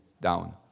down